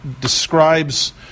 describes